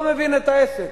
לא מבין את העסק.